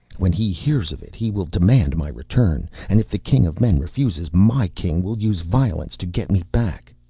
when he hears of it he will demand my return. and if the king of men refuses, my king will use violence to get me back.